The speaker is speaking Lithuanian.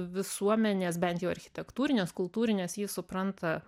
visuomenės bent jau architektūrinės kultūrinės jį supranta